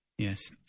Yes